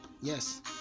yes